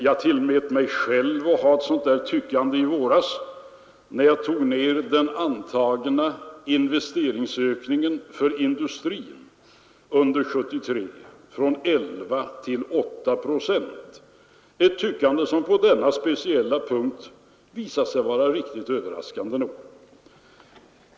Jag tillät mig själv ett sådant där tyckande i våras, när jag tog ner den interna investeringsökningen för industrin under 1973 från 11 till 8 procent — ett tyckande som på denna speciella punkt visat sig vara riktigt, överraskande nog.